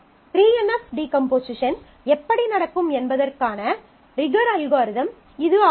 3 NF decomposition எப்படி நடக்கும் என்பதற்கான ரிகர் அல்காரிதம் இது ஆகும்